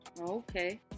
Okay